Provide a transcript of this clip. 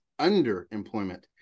underemployment